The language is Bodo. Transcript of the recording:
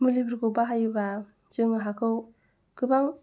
मुलिफोरखौ बाहायोबा जोङो हाखौ गोबां